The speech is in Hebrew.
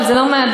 אבל זה לא מהדיו,